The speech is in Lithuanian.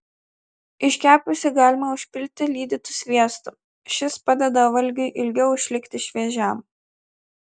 iškepusį galima užpilti lydytu sviestu šis padeda valgiui ilgiau išlikti šviežiam